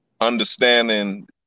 Understanding